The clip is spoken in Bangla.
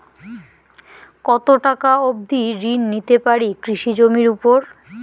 কত টাকা অবধি ঋণ পেতে পারি কৃষি জমির উপর?